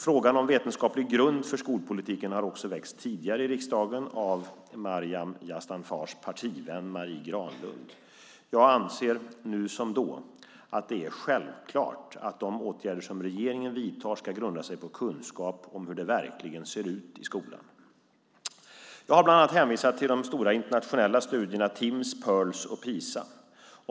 Frågan om vetenskaplig grund för skolpolitiken har också väckts tidigare i riksdagen av Maryam Yazdanfars partivän Marie Granlund. Jag anser, nu som då, att det är självklart att de åtgärder som regeringen vidtar ska grunda sig på kunskap om hur det verkligen ser ut i skolan. Jag har bland annat hänvisat till de internationella studierna Timss, Pirls och PISA.